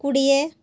କୋଡ଼ିଏ